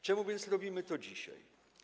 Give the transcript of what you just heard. Czemu więc robimy to dzisiaj?